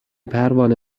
پروانه